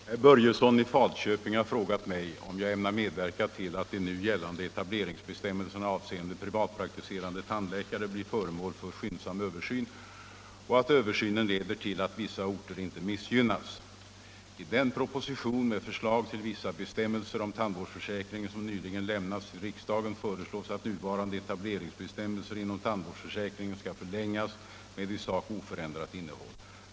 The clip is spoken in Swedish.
Herr talman! Herr Börjesson i Falköping har frågat mig om jag ämnar medverka till att de nu gällande etableringsbestämmelserna avseende privatpraktiserande tandläkare blir föremål för skyndsam översyn och att översynen leder till att vissa orter inte missgynnas. I den proposition med förslag till vissa bestämmelser om tandvårdsförsäkringen som nyligen lämnats till riksdagen föreslås att nuvarande etableringsbestämmelser inom tandvårdsförsäkringen skall förlängas med i sak oförändrat innehåll.